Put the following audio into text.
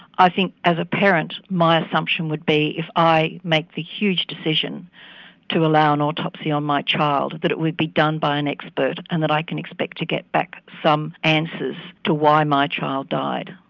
i think as a parent my assumption would be if i make this huge decision to allow an autopsy on my child that it would be done by an expert and that i can expect to get back some answers to why my child died.